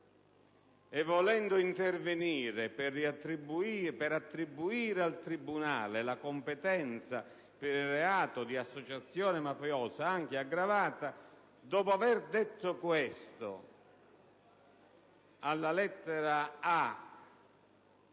- volendo intervenire per riattribuire al tribunale la competenza per il reato di associazione mafiosa anche aggravata, dopo aver detto questo alla lettera